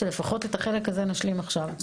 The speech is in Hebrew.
שלפחות את החלק הזה נשלים עכשיו,